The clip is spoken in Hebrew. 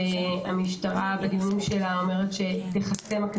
שהמשטרה אומרת שהכניסה לשם תיחסם.